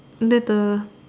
at the